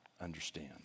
understand